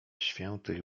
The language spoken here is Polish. ściętych